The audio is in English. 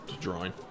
drawing